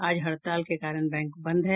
आज हड़ताल के कारण बैंक बंद है